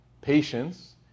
Patience